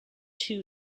two